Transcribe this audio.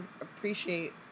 appreciate